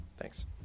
Thanks